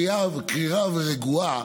קרירה ורגועה,